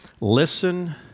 listen